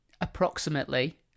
Approximately